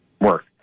work